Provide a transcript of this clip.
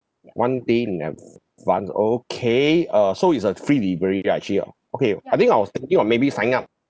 one day in advance ah okay uh so it's a free delivery ah actually ah okay I think I was thinking of maybe signing up